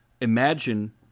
imagine